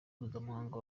mpuzamahanga